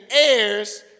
heirs